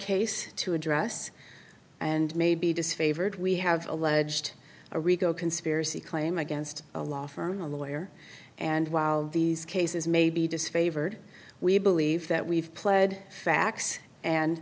case to address and may be disfavored we have alleged a rico conspiracy claim against a law firm a lawyer and while these cases may be disfavored we believe that we've pled facts and